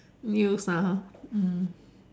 news ah ha mm